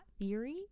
theory